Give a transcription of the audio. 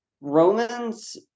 Romans